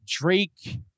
Drake